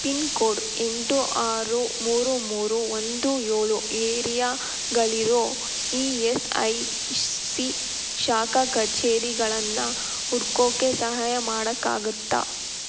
pin code ಎಂಟು ಆರು ಮೂರು ಮೂರು ಒಂದು ಏಳು ಏರಿಯಾಗಳಿರೊ ಇ ಎಸ್ ಐ ಸಿ ಶಾಖಾ ಕಚೇರಿಗಳನ್ನು ಹುಡುಕೋಕ್ಕೆ ಸಹಾಯ ಮಾಡೋಕ್ಕಾಗುತ್ತಾ